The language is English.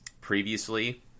previously